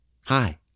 hi